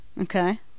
okay